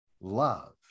love